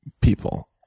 people